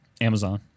amazon